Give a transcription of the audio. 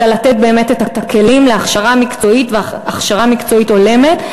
אלא לתת באמת את הכלים להכשרה מקצועית ולהכשרה מקצועית הולמת.